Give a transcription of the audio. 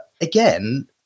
again